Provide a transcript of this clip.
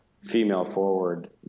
female-forward